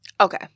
Okay